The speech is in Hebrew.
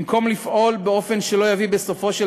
במקום לפעול באופן שלא יביא בסופו של